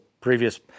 previous